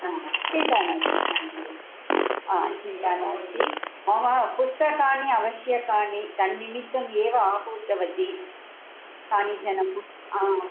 आ हा चिन्ता नास्ति महोदय हा चिन्ता नास्ति मम पुस्तकानि आवश्यकानि तन्निमित्तम् एव आहूतवती कानिचन पुस्त हा